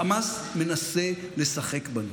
חמאס מנסה לשחק בנו,